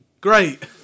Great